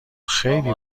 خیلی